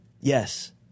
Yes